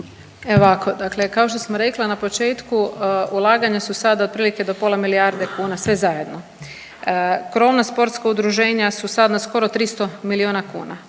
Evo ovako, dakle kao što sam rekla na početku ulaganja su sada otprilike do pola milijarde kuna sve zajedno, krovna sportska udruženja su sad na skoro 300.000 milijuna kuna,